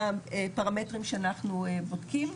אלה הפרמטרים שאנחנו בודקים,